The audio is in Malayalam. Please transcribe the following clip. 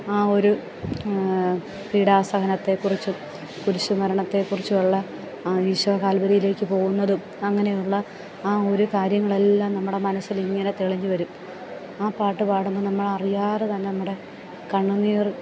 ആ ഒരു പീഡാസഹനത്തെക്കുറിച്ചും കുരിശുമരണത്തെക്കുറിച്ചുമുള്ള ആ ഈശോ കാൽവരിയിലേക്ക് പോകുന്നതും അങ്ങനെയുള്ള ആ ഒരു കാര്യങ്ങളെല്ലാം നമ്മുടെ മനസ്സിലിങ്ങനെ തെളിഞ്ഞുവരും ആ പാട്ട് പാടുമ്പോൾ നമ്മളറിയാതെ തന്നെ നമ്മുടെ കണ്ണുനീർ